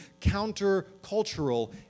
counter-cultural